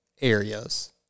areas